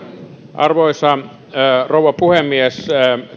arvoisa rouva puhemies